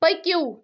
پٔکِو